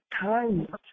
time